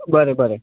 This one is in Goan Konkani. बरे बरे